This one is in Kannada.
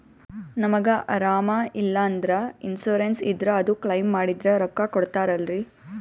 ನಮಗ ಅರಾಮ ಇಲ್ಲಂದ್ರ ಇನ್ಸೂರೆನ್ಸ್ ಇದ್ರ ಅದು ಕ್ಲೈಮ ಮಾಡಿದ್ರ ರೊಕ್ಕ ಕೊಡ್ತಾರಲ್ರಿ?